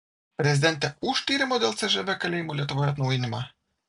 prezidentė už tyrimo dėl cžv kalėjimų lietuvoje atnaujinimą